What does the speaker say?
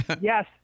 yes